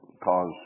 Cause